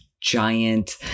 giant